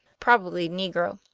probably negro.